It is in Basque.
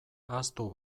ahaztu